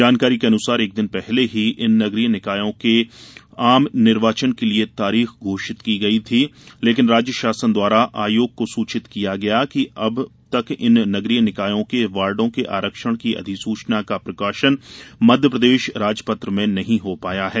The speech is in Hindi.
जानकारी के अनुसार एक दिन पहले ही इन नगरीय निकायों के आम निर्वाचन को लिए तारीख घोषित की गयी थी लेकिन राज्य शासन द्वारा आयोग को सूचित किया गया कि अब तक इन नगरीय निकायों के वार्डो के आरक्षण की अधिसूचना का प्रकाशन मध्यप्रदेश राजपत्र में नहीं हो पाया है